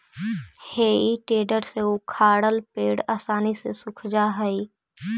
हेइ टेडर से उखाड़ल पेड़ आसानी से सूख जा हई